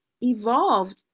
evolved